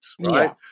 right